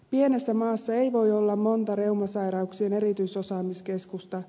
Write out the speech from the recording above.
pienessä maassa ei voi olla monta reumasairauksien erityisosaamiskeskusta